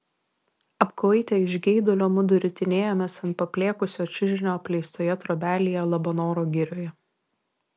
apkvaitę iš geidulio mudu ritinėjomės ant paplėkusio čiužinio apleistoje trobelėje labanoro girioje